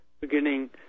beginning